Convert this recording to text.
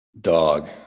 Dog